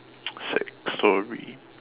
sad story